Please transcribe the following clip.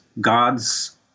God's